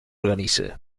organice